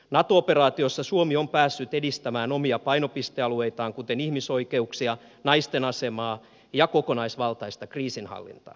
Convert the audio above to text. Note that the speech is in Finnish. nato operaatiossa suomi on päässyt edistämään omia painopistealueitaan kuten ihmisoikeuksia naisten asemaa ja kokonaisvaltaista kriisinhallintaa